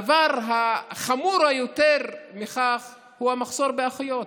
דבר חמור יותר מכך הוא המחסור באחיות.